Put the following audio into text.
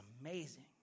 amazing